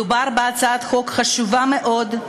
מדובר בהצעת חוק חשובה מאוד,